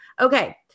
Okay